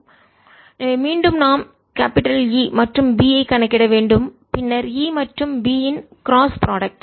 எனவே மீண்டும் நாம் E மற்றும் B ஐக் கணக்கிட வேண்டும் பின்னர் E மற்றும் B இன் கிராஸ் ப்ராடக்ட்